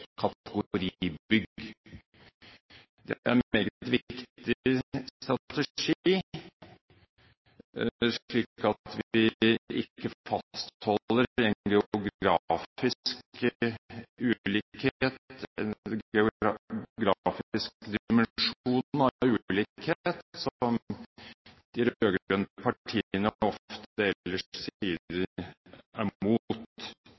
Det er en meget viktig strategi, slik at vi ikke fastholder en geografisk dimensjon av ulikhet, som de rød-grønne partiene ofte ellers